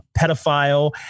pedophile